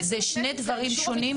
אלה שני דברים שונים?